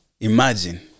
Imagine